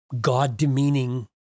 God-demeaning